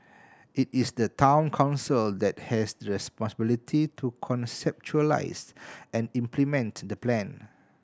it is the Town Council that has the responsibility to conceptualise and implement the plan